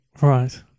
Right